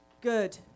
Good